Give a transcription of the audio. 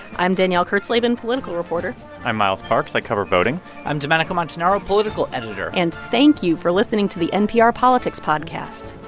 i'm danielle kurtzleben, political reporter i'm miles parks. i cover voting i'm domenico montanaro, political editor and thank you for listening to the npr politics podcast